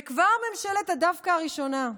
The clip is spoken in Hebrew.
וכבר ממשלת ה"דווקא" הראשונה,